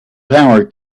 power